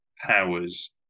powers